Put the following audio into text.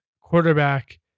quarterback